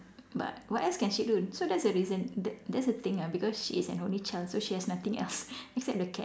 but what else can she do so that's the reason that that's the thing ah because she is an only child so she has nothing else except the cat